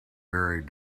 buried